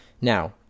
Now